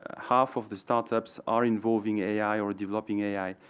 half of the start-ups are involving ai or developing ai.